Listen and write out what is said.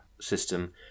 system